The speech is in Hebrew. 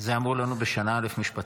את זה אמרו לנו בשנה א' במשפטים.